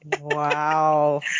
Wow